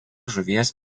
žuvies